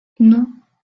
non